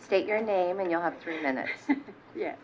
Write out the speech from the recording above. state your name and you'll have three minutes